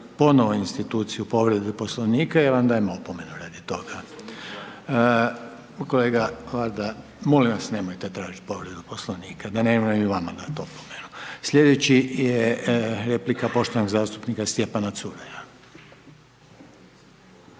ponovo instituciju povrede Poslovnika, ja vam dajem opomenu radi toga. Kolega, molim vas nemojte tražit povredu Poslovnika da ne moram i vama dat opomenu. Slijedeći je, replika poštovanog zastupnika Stjepana Čuraja.